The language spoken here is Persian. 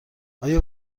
آیا